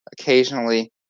Occasionally